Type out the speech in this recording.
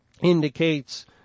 indicates